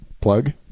plug